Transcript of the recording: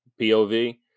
POV